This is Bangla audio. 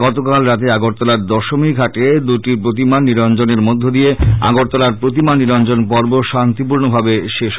গতকাল রাতে আগরতলার দশমীঘাটে দুইটি প্রতিমার নিরঞ্জনের মধ্য দিয়ে আগরতলার প্রতিমা নিরঞ্জন পর্ব শান্তিপূর্ণভাবে শেষ হয়